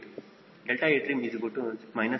79080